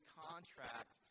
contract